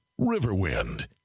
Riverwind